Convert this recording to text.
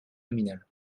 nominal